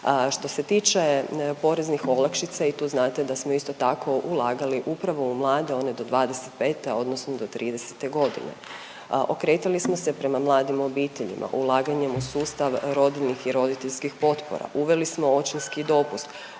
Što se tiče poreznih olakšica i tu znate da smo isto tako ulagali upravo u mlade one do 25-te odnosno do 30-te godine. Okretali smo se prema mladim obiteljima ulaganjem u sustav rodiljnih i roditeljskih potpora, uveli smo očinski dopust,